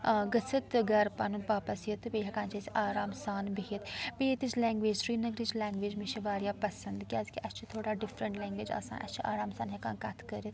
ٲں گٔژھِتھ تہٕ گھرٕ پَنُن واپَس یِتھ تہٕ بیٚیہِ ہیٚکان چھِ أسۍ آرام سان بِہِتھ بیٚیہِ ییٚتِچ لینٛگویج سرینگرٕچۍ لیٚنٛگویج مےٚ چھِ واریاہ پَسنٛد کیٛازِکہِ اسہِ چھِ تھوڑا ڈِفریٚنٛٹ لیٚنٛگویج آسان أسۍ چھِ آرام سان ہیٚکان کَتھ کٔرِتھ